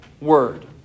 word